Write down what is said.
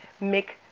make